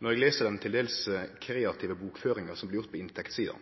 når eg les den til dels kreative bokføringa som blir gjord på inntektssida.